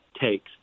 takes